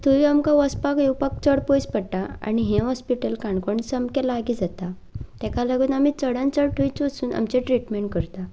थंय आमकां वचपाक येवपाक चड पयस पडटा आनीणी हे ऑस्पिटल काणकोण सामकें लागीं जाता ताका लागून आमी चडांत चड थंयच वसून आमचे ट्रिटमॅण करता